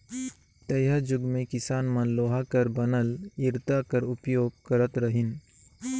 तइहाजुग मे किसान मन लोहा कर बनल इरता कर उपियोग करत रहिन